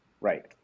right